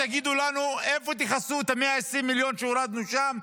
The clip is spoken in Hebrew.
תגידו לנו מהיכן תכסו את 120 המיליון שהורדנו שם,